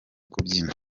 kubyina